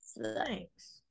Thanks